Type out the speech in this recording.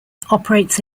operates